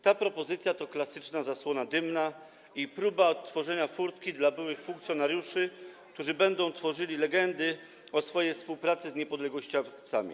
Ta propozycja to klasyczna zasłona dymna i próba otworzenia furtki dla byłych funkcjonariuszy, którzy będą tworzyli legendy o swojej współpracy z niepodległościowcami.